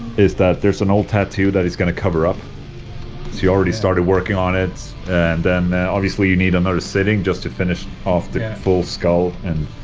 is that there's an old tattoo that he's gonna cover up so he already started working on it and then obviously we need another sitting just to finish off the and full skull and.